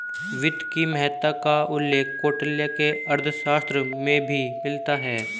वित्त की महत्ता का उल्लेख कौटिल्य के अर्थशास्त्र में भी मिलता है